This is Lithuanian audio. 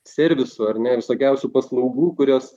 servisų ar ne visokiausių paslaugų kurios